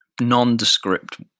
nondescript